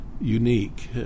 unique